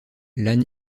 lan